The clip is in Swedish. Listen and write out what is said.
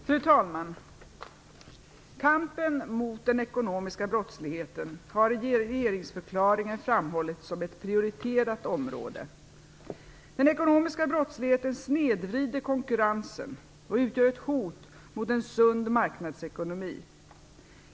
Fru talman! Kampen mot den ekonomiska brottsligheten har i regeringsförklaringen framhållits som ett prioriterat område. Den ekonomiska brottsligheten snedvrider konkurrensen och utgör ett hot mot en sund marknadsekonomi.